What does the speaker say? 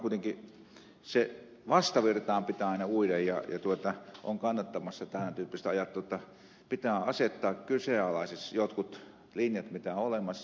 minusta kuitenkin vastavirtaan pitää aina uida ja olen kannattamassa tämän tyyppistä ajattelua jotta pitää asettaa kyseenalaiseksi jotkut linjat mitkä on olemassa